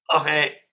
okay